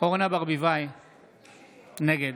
נגד